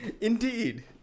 Indeed